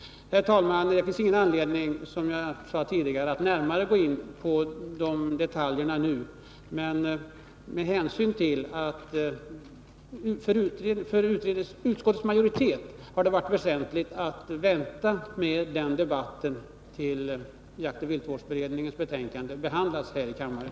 Herr talman! Som jag sade tidigare finns det ingen anledning att närmare gån på detaljer nu. För utskottets majoritet har det varit väsentligt att vänta med den debatten tills jaktoch viltvårdsberedningens betänkande behandlas här i kammaren.